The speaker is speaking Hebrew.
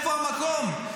איפה המקום?